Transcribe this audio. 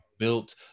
Built